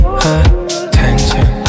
attention